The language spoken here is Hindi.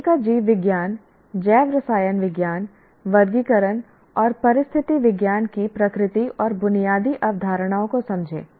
कोशिका जीवविज्ञान जैव रसायन विज्ञान वर्गीकरण और परिस्थिति विज्ञान की प्रकृति और बुनियादी अवधारणाओं को समझें